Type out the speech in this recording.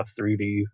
3D